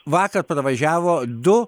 vakar pravažiavo du